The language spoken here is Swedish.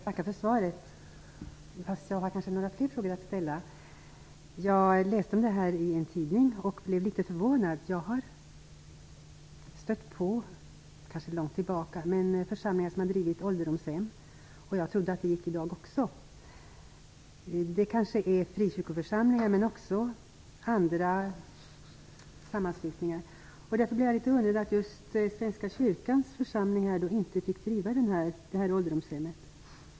Fru talman! Jag får tacka för svaret. Jag har fler frågor att ställa. Jag läste om detta i en tidning och blev litet förvånad. Jag har stött på församlingar - det kanske var långt tillbaka - som har drivit ålderdomshem. Jag trodde att det gick i dag också. Det kanske har gällt frikyrkoförsamlingar, men också andra sammanslutningar. Därför tycker jag att det är litet underligt att just Svenska kyrkans församling inte fick driva ålderdomshem.